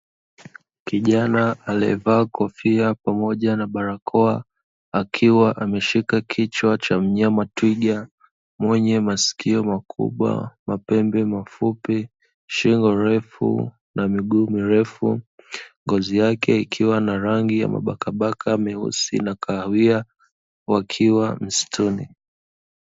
Kijana aliyevaa kofia pamoja na barakoa, akiwa ameshika kichwa cha mnyama twiga mwenye masikio makubwa, mapembe mafupi, shingo ndefu na miguu mirefu, ngozi yake ikiwa na rangi ya mabakamabaka meusi na kahawia wakiwa msituni.